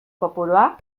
kopurua